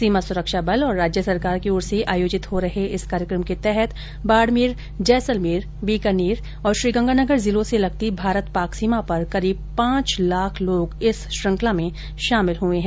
सीमा सुरक्षा बल और राज्य सरकार की ओर से आयोजित हो रहे इस कार्यक्रम के तहत बाडमेर जैसलमेर बीकानेर और श्री गंगानगर जिलों से लगती भारत पाक सीमा पर करीब पांच लाख लोग इस मानव श्रंखला में शामिल हुए है